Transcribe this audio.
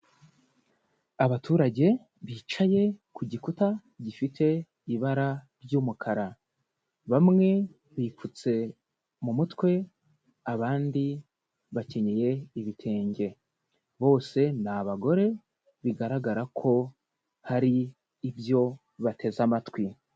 Abaturage bicaye ku gikuta gifite ibara ry'umukara, bamwe bipfutse mu mutwe abandi bakenyeye ibitenge, bose ni abagore bigaragara ko hari ibyo bateze amatwi.